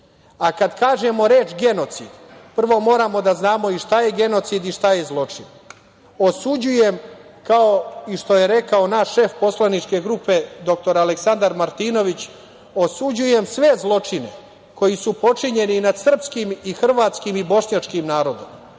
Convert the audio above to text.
kažemo reč genocid, prvo moramo da znamo i šta je genocid i šta je zločin. Kao što je rekao i naš šef poslaničke grupe dr Aleksandar Martinović, osuđujem sve zločine koji su počinjeni i nad srpskim i hrvatskim i bošnjačkim narodom